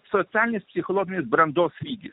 socialinės psichologinės brandos lygį